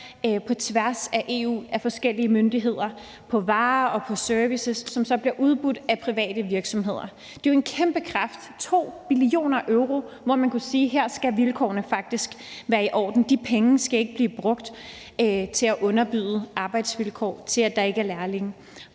på tværs af EU af forskellige myndigheder på varer og på servicer, som så bliver udbudt af private virksomheder. Det er en jo en kæmpe kraft – 2 billioner euro. Man kunne jo sige, at her skal vilkårene faktisk være i orden; de penge skal ikke blive brugt til at underbyde arbejdsvilkår og til, at der ikke er lærlinge.